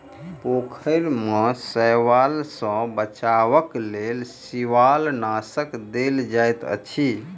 पोखैर में शैवाल सॅ बचावक लेल शिवालनाशक देल जाइत अछि